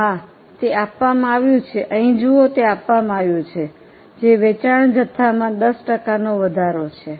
હા તે આપવામાં આવ્યું છે અહીં જુઓ તે આપવામાં આવ્યું છે જે વેચાણ જથ્થામાં 10 ટકાનો વધારો છે